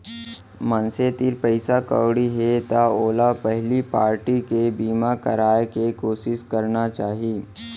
मनसे तीर पइसा कउड़ी हे त ओला पहिली पारटी के बीमा कराय के कोसिस करना चाही